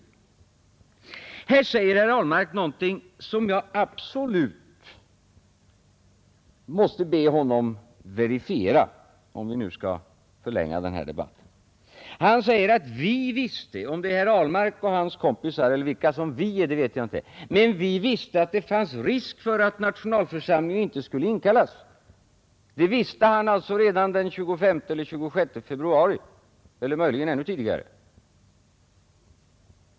Här säger herr Ahlmark någonting som jag absolut måste be honom verifiera, om vi nu skall förlänga den här debatten. Han sade att ”vi” visste — om det är herr Ahlmark och hans kompisar eller vilka ”vi” är, vet jag inte — att det fanns risk för att nationalförsamlingen inte skulle inkallas. Det visste han alltså redan den 25 eller 26 februari eller möjligen ännu tidigare.